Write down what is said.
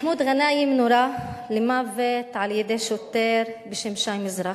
מחמוד גנאים נורה למוות על-ידי שוטר בשם שחר מזרחי.